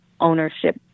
ownership